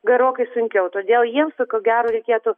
gerokai sunkiau todėl jiems ko gero reikėtų